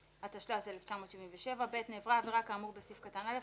התשל"ז 1977. (ב)נעברה עבירה כאמור בסעיף קטן (א),